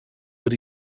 but